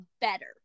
better